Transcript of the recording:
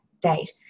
date